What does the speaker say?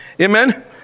amen